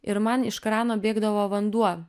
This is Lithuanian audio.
ir man iš krano bėgdavo vanduo